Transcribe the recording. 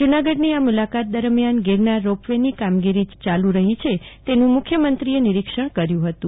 જુનાગઢની મુલાકાત દરમિથાન ગીરનાર રોપવેની કામગીરી ચાલી રફી છે તેનું મુખ્યમંત્રીએ નિરિક્ષણ કરયુ ફતું